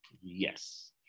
Yes